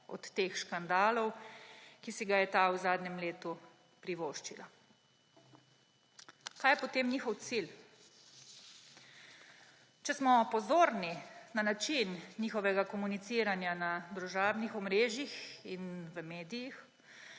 od teh škandalov, ki si ga je ta v zadnjem letu privoščila. Kaj je potem njihov cilj? Če smo pozorni na način njihovega komuniciranja na družabnih omrežjih in v medijih,